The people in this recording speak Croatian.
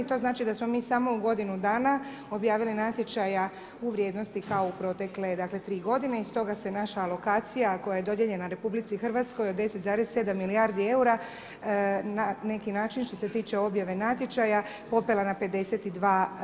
To znači da smo mi samo u godinu dana objavili natječaja u vrijednosti kao u protekle dakle 3 godine i stoga se naša alokacija koja je dodijeljena RH od 10,7 milijardi eura na neki način što se tiče objave natječaja popela na 52%